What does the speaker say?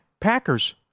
Packers